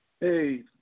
Hey